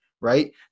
right